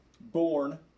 born